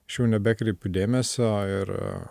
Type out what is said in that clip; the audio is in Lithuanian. aš jau nebekreipiu dėmesio ir